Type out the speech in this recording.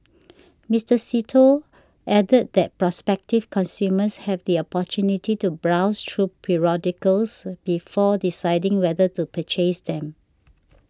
Mister See Tho added that prospective consumers have the opportunity to browse through periodicals before deciding whether to purchase them